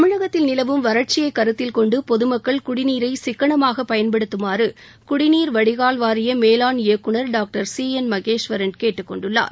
தமிழகத்தில் நிலவும் வறட்சியை கருத்தில் கொண்டு பொதுமக்கள் குடிநீரை சிக்கனமாகப் பயன்படுத்துமாறு குடிநீர் வடிகால் வாரிய மேலாண் இயக்குனர் டாக்டர் சி என் மகேஸ்வரன் கேட்டுக் கொண்டுள்ளார்